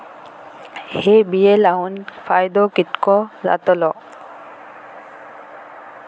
हे बिये लाऊन फायदो कितको जातलो?